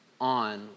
on